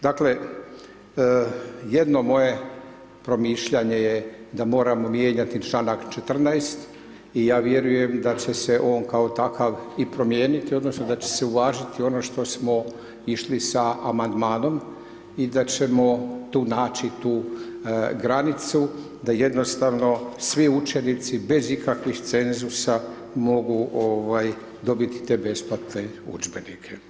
Dakle, jedno moje promišljanje je da moramo mijenjati članak 14. i ja vjerujem da će se on kao takav i promijeniti odnosno da će se uvažiti ono što smo išli sa amandmanom i da ćemo tu naći tu granicu da jednostavno svi učenici bez ikakvih cenzusa mogu dobiti te besplatne udžbenike.